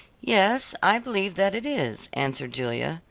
yes, i believe that it is, answered julia.